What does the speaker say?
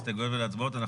ולהצבעות,